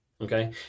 Okay